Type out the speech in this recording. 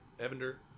Evander